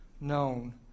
known